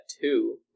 two